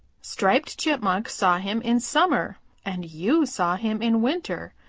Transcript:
striped chipmunk saw him in summer and you saw him in winter.